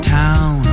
town